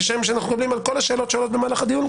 כשם שאנחנו מקבלים על כל השאלות שעולות במהלך הדיון,